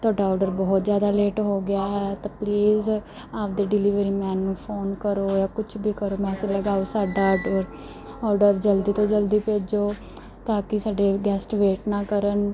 ਤੁਹਾਡਾ ਆਡਰ ਬਹੁਤ ਜ਼ਿਆਦਾ ਲੇਟ ਹੋ ਗਿਆ ਹੈ ਤਾਂ ਪਲੀਜ਼ ਆਪਣੇ ਡਿਲੀਵਰੀ ਮੈਨ ਨੂੰ ਫੋਨ ਕਰੋ ਜਾਂ ਕੁਛ ਵੀ ਕਰੋ ਮੈਸੇਜ ਲਗਾਓ ਸਾਡਾ ਔਡਰ ਔਡਰ ਜਲਦੀ ਤੋਂ ਜਲਦੀ ਭੇਜੋ ਤਾਂ ਕਿ ਸਾਡੇ ਗੈਸਟ ਵੇਟ ਨਾ ਕਰਨ